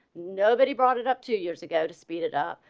nobody brought it up two years ago to speed it up.